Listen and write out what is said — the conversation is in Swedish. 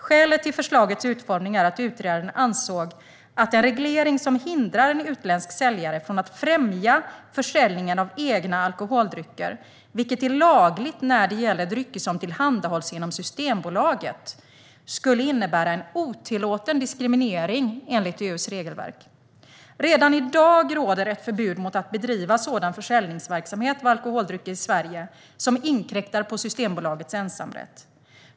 Skälet till förslagets utformning är att utredaren ansåg att en reglering som hindrar en utländsk säljare från att främja försäljningen av egna alkoholdrycker, vilket är lagligt när det gäller drycker som tillhandahålls genom Systembolaget, skulle innebära en otillåten diskriminering enligt EU:s regelverk. Redan i dag råder ett förbud mot att bedriva sådan försäljningsverksamhet av alkoholdrycker i Sverige som inkräktar på Systembolagets ensamrätt.